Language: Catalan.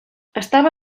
estava